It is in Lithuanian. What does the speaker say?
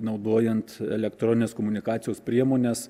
naudojant elektroninės komunikacijos priemones